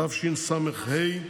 התשס"ה 2005,